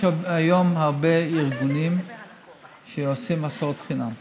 יש היום הרבה ארגונים שעושים הסעות חינם.